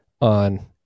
on